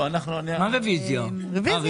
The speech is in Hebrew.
רוויזיה.